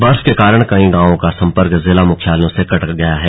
बर्फ के कारण कई गांवों का संपर्क जिला मुख्यालयों से कटा हुआ है